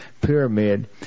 pyramid